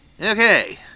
Okay